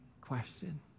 question